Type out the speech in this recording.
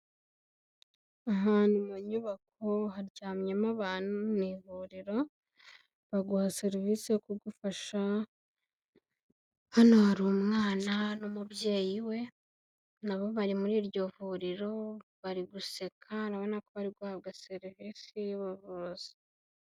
Ahantu mu nyubako haryamyemo abantu mu ivuriro, baguha serivisi yo kugufasha, hano hari umwana n'umubyeyi we, na bo bari muri iryo vuriro, bari guseka urabona ko bari guhabwa serivisi y'ubuvuzi.